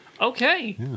Okay